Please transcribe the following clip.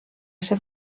ser